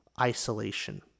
isolation